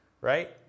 Right